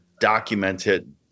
documented